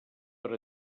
per